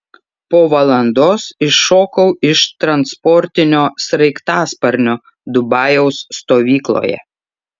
po valandos iššokau iš transportinio sraigtasparnio dubajaus stovykloje